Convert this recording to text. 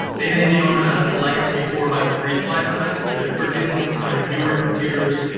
they may be on a ah legacy four by three slide size. but if we're dealing with kind of newer computers,